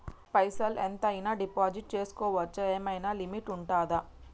పైసల్ ఎంత అయినా డిపాజిట్ చేస్కోవచ్చా? ఏమైనా లిమిట్ ఉంటదా?